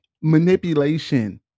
Manipulation